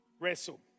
wrestle